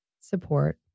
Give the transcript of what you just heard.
support